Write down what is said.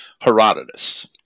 Herodotus